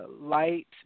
light